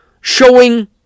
showing